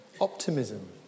optimism